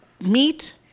Meat